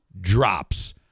drops